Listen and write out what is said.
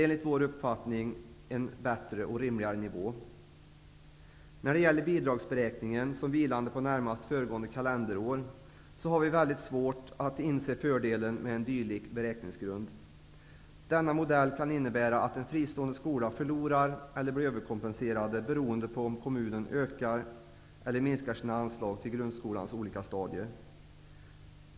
Enligt vår uppfattning är det en bättre och rimligare nivå. När det gäller bidragsberäkningen som vilande på det närmast föregående kalenderåret har vi väldigt svårt att inse fördelen med en dylik beräkningsgrund. Denna modell kan innebära att en fristående skola förlorar eller blir överkompenserad, beroende på om kommunen ökar eller minskar sina anslag till grundskolans olika stadier.